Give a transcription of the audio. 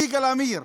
יגאל עמיר,